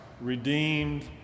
redeemed